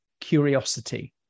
curiosity